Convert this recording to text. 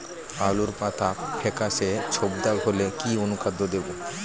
আলুর পাতা ফেকাসে ছোপদাগ হলে কি অনুখাদ্য দেবো?